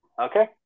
Okay